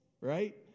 Right